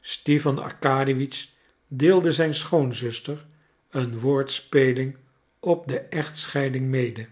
stipan arkadiewitsch deelde zijn schoonzuster een woordspeling op de echtscheiding mede